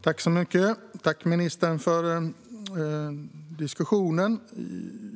Fru ålderspresident! Tack, ministern, för diskussionen!